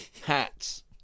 hats